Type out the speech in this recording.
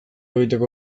egiteko